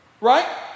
Right